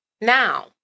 Now